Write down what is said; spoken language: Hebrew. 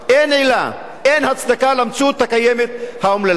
אין עילה, אין הצדקה למציאות הקיימת, האומללה.